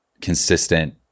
consistent